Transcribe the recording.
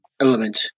element